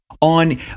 on